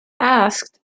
asked